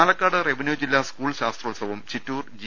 Palakkad revenue ജില്ലാ school ശാസ്ത്രോത്സവം Chittur G